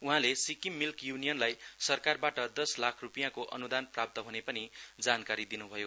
उहाँले सिक्किम मिल्क युनियनलाई सरकारबाट दस लाख रुपियाँको अनुदान प्राप्त हुने पनि जानकारी दिनु भयो